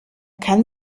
kann